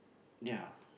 ya